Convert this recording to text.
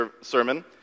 sermon